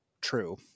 true